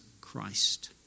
Christ